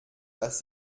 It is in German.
dass